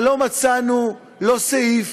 ולא מצאנו, לא סעיף,